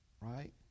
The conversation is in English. right